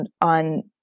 on